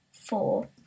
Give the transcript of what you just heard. four